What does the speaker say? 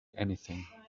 anything